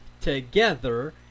together